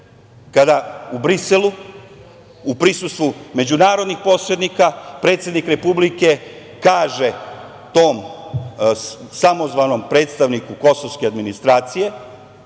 kada u Briselu u prisustvu međunarodnih posrednika predsednik Republike kaže tom samozvanom predstavniku kosovske administracije,